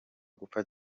gupfa